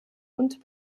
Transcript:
und